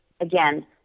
again